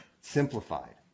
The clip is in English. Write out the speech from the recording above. simplified